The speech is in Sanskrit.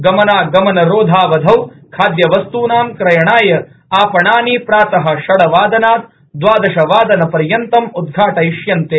गमनागमरोधावधौ खाद्यवस्तूनां क्रयणाय आपणानि प्रातः षड्वादनात् दवादशवादन पर्यन्तं उदघाटयिष्यन्ते